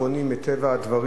מטבע הדברים,